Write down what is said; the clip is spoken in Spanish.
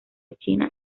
china